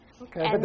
Okay